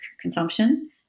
consumption